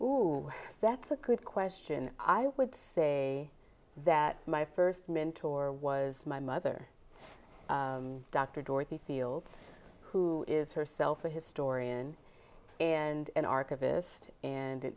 oh that's a good question i would say that my first mentor was my mother dr dorothy fields who is herself a historian and an archivist and